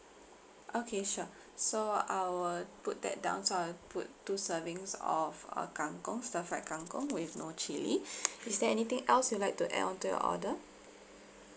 okay sure so I will put that down so I'll put two servings of uh kang kong stir fried kang kong with no chili is there anything else you'd like to add on to your order